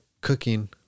cooking